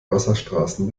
wasserstraßen